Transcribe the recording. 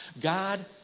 God